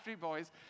boys